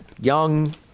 young